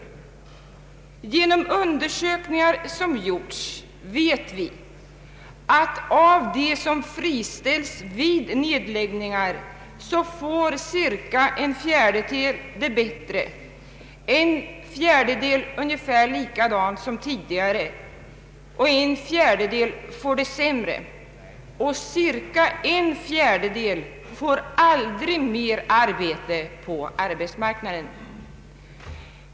Genom undersökningar som gjorts vet vi att av dem som friställts vid nedläggningar får cirka en fjärdedel det bättre, en fjärdedel får det ungefär likadant som tidigare, och en fjärdedel får det sämre, medan en fjärdedel aldrig mera får arbete på arbetsmarknaden.